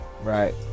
Right